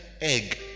egg